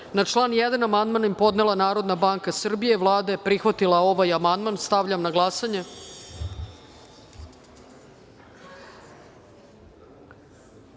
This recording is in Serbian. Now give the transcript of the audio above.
i član 11. amandman je podnela Narodna banka Srbije. Vlada je prihvatila amandman. Stavljam na glasanje